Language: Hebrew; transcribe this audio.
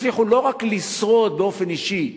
הצליחו לא רק לשרוד באופן אישי,